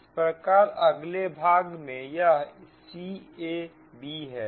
इस प्रकार अगले भाग में यह c a b है